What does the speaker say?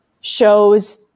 shows